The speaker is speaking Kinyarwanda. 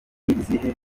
izihe